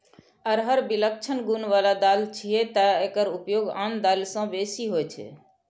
अरहर विलक्षण गुण बला दालि छियै, तें एकर उपयोग आन दालि सं बेसी होइ छै